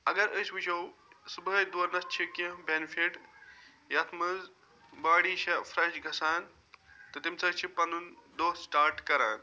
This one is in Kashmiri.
اگر أسۍ وٕچھو صُبحٲے دورنَس چھِ کینٛہہ بیٚنِفِٹ یتھ مَنٛز باڈی چھےٚ فرٛٮ۪ش گَژھان تہٕ تَمہِ سۭتۍ چھِ پَنُن دۄہ سٹارٹ کران